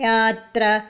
Yatra